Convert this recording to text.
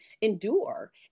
endure